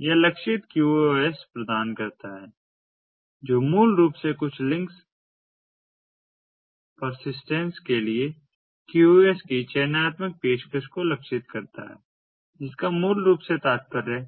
यह लक्षित QoS प्रदान करता है जो मूल रूप से कुछ लिंक्स पर्सिस्टेंस के लिए QoS की चयनात्मक पेशकश को लक्षित करता है जिसका मूल रूप से तात्पर्य